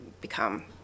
become